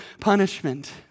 punishment